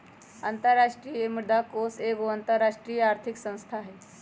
अंतरराष्ट्रीय मुद्रा कोष एगो अंतरराष्ट्रीय आर्थिक संस्था हइ